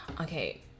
Okay